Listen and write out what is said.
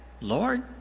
Lord